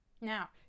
now